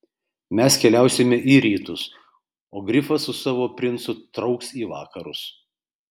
mes keliausime į rytus o grifas su savo princu trauks į vakarus